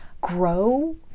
grow